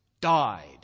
died